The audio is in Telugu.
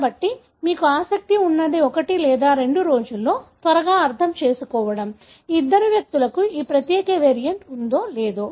కాబట్టి మీకు ఆసక్తి ఉన్నది ఒకటి లేదా రెండు రోజుల్లో త్వరగా అర్థం చేసుకోవడం ఈ ఇద్దరు వ్యక్తులకు ఈ ప్రత్యేక వేరియంట్ ఉందో లేదో